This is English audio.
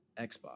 Xbox